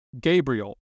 Gabriel